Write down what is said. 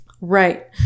Right